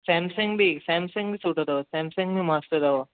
Samsung बि Samsung बि सुठो अथव सैमसंग बि मस्तु अथव